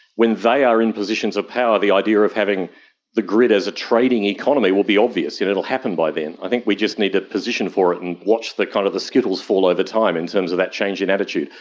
when they are in positions power, the idea of having the grid as a trading economy will be obvious. it will happen by then. i think we just need to position for it and watch the kind of the skittles fall over time in terms of that change in attitude.